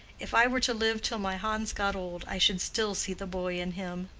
if i were to live till my hans got old, i should still see the boy in him.